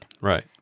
Right